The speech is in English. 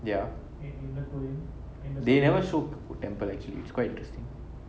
ya they never show temple actually it's quite